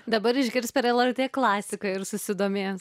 dabar išgirs per lrt klasiką ir susidomės